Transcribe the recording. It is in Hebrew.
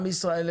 עם ישראל,